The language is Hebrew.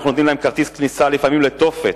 שאנחנו נותנים להם כרטיס כניסה לפעמים לתופת,